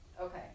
Okay